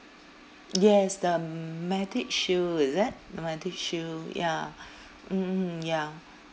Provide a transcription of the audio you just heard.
yes the m~ medishield is it the medishield ya mm mm ya